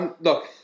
look